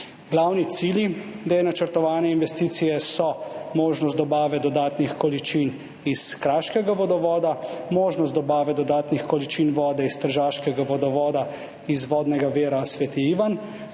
Glavni cilji načrtovane investicije so možnost dobave dodatnih količin iz Kraškega vodovoda, možnost dobave dodatnih količin vode iz tržaškega vodovoda, iz vodnega vira Sv. Ivan,